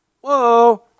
Whoa